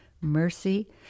mercy